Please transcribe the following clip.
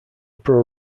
pro